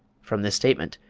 from this statement,